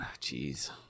Jeez